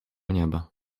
nieba